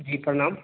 जी प्रणाम